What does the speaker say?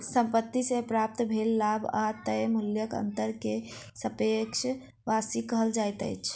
संपत्ति से प्राप्त भेल लाभ आ तय मूल्यक अंतर के सापेक्ष वापसी कहल जाइत अछि